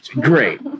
Great